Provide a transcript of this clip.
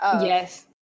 Yes